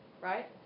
Right